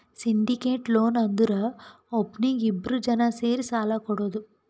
syndicated loan ಅಂದುರ್ ಒಬ್ನೀಗಿ ಇಬ್ರು ಜನಾ ಸೇರಿ ಸಾಲಾ ಕೊಡೋದು